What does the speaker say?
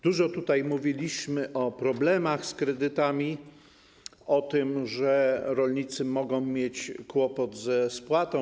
Dużo tutaj mówiliśmy o problemach z kredytami, o tym, że rolnicy mogą mieć kłopot ze spłatą.